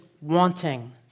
wanting